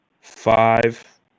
five